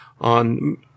On